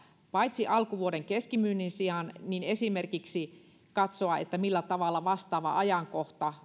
alkuvuoden keskimyynnin sijaan esimerkiksi katsomalla millä tavalla vastaava ajankohta